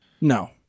No